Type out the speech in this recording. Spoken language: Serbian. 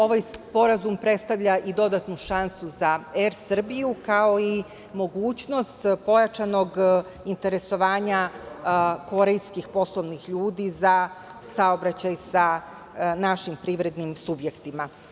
Ovaj sporazum predstavlja i dodatnu šansu Er Srbiju, kao i mogućnost pojačanog interesovanja korejskih poslovnih ljudi za saobraćaj sa našim privrednim subjektima.